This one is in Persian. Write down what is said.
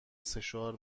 سشوار